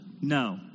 No